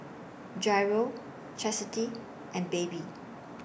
Jairo Chastity and Baby